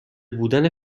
بودن